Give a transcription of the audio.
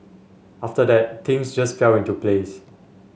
after that things just fell into place